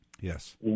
yes